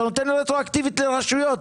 אתה נותן רטרואקטיבית לרשויות.